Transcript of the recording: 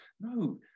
no